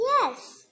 Yes